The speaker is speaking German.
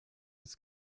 des